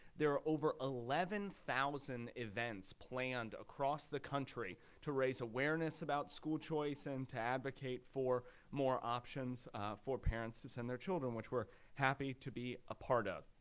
there are over eleven thousand events planned across the country to raise awareness about school choice and to advocate for more options for parents to send their children, which we're happy to be a part of.